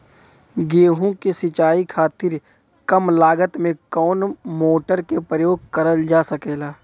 गेहूँ के सिचाई खातीर कम लागत मे कवन मोटर के प्रयोग करल जा सकेला?